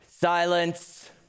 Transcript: silence